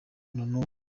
n’ubu